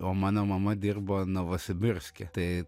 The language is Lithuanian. o mano mama dirbo novosibirske tai